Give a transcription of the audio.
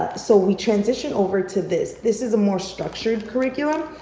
so we transition over to this, this is a more structured curriculum,